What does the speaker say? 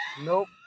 Nope